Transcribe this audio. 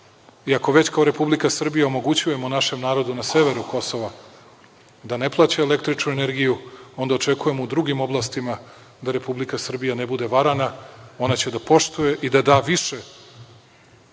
ako već kao Republika Srbija omogućujemo našem narodu na severu Kosova da ne plaćaju električnu energiju, onda očekujemo u drugim oblastima da Republika Srbija ne bude varana, ona će da poštuje i da da više